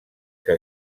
que